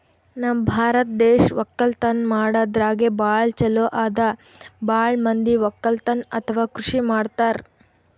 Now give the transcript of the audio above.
ನಮ್ ಭಾರತ್ ದೇಶ್ ವಕ್ಕಲತನ್ ಮಾಡದ್ರಾಗೆ ಭಾಳ್ ಛಲೋ ಅದಾ ಭಾಳ್ ಮಂದಿ ವಕ್ಕಲತನ್ ಅಥವಾ ಕೃಷಿ ಮಾಡ್ತಾರ್